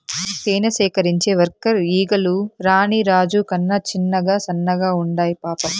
తేనె సేకరించే వర్కర్ ఈగలు రాణి రాజు కన్నా చిన్నగా సన్నగా ఉండాయి పాపం